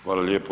Hvala lijepo.